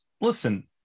listen